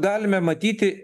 galime matyti